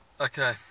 Okay